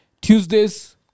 Tuesdays